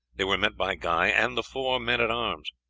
they were met by guy and the four men-at-arms.